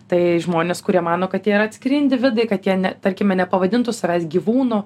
tai žmonės kurie mano kad jie yra atskiri individai kad jie ne tarkime nepavadintų savęs gyvūnu